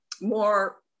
more